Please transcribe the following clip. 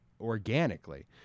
organically